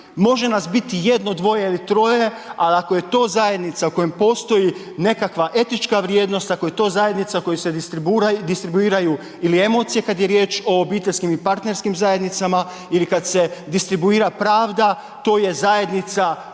Može nas biti jedno, dvoje ili troje, ali ako je to zajednica u kojem postoji nekakva etička vrijednost, ako je to zajednica u kojoj se distribuiraju ili emocije, kad je riječ o obiteljskim i partnerskim zajednicama ili kad se distribuira pravda, to je zajednica